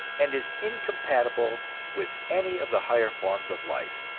and is incompatible with any of the higher forms of life,